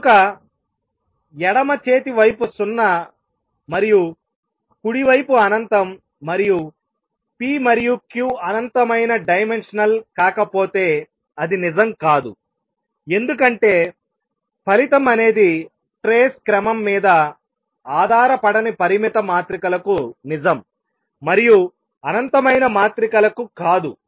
కనుక ఎడమ చేతి వైపు 0 మరియు కుడి వైపు అనంతం మరియు p మరియు q అనంతమైన డైమెన్షనల్ కాకపోతే అది నిజం కాదు ఎందుకంటే ఫలితం అనేది ట్రేస్ క్రమం మీద ఆధారపడని పరిమిత మాత్రికలకు నిజం మరియు అనంతమైన మాత్రికలకు కాదు